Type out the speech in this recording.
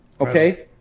okay